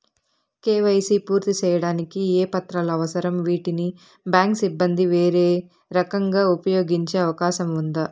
KYC పూర్తి సేయడానికి ఏ పత్రాలు అవసరం, వీటిని బ్యాంకు సిబ్బంది వేరే రకంగా ఉపయోగించే అవకాశం ఉందా?